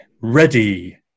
ready